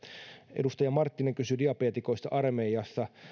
edustaja marttinen kysyi diabeetikoista armeijassa